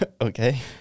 Okay